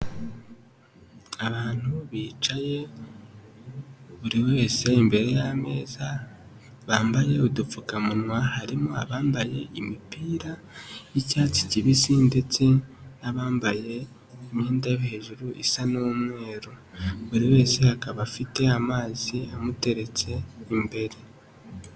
Abantu bicaye buri wese imbere y'ameza bambaye udupfukamunwa harimo abambaye imipira y'icyatsi kibisi ndetse n'abambaye imyenda yo hejuru isa n'umweru, buri wese akaba afite amazi amuteretse imbere.